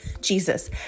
Jesus